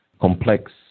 complex